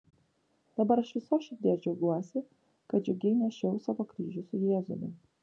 dabar aš iš visos širdies džiaugiuosi kad džiugiai nešiau savo kryžių su jėzumi